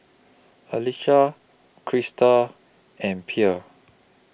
Alecia Crystal and Pierre